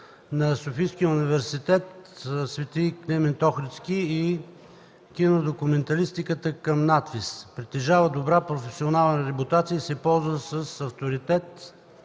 на Софийския университет „Св. Климент Охридски” и „Кинодокументалистика” към НАТФИЗ. Притежава добра професионална репутация и се ползва с авторитет